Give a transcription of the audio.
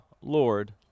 Lord